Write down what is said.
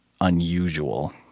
unusual